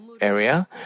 area